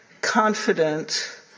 confident